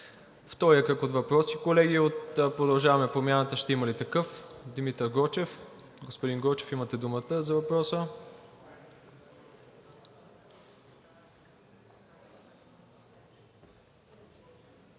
втория кръг от въпроси, колеги от „Продължаваме Промяната“, ще има ли такъв? Господин Гочев, имате думата за въпроса.